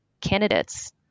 candidates